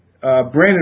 Brandon